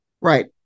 Right